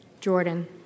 Jordan